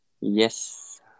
Yes